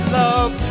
love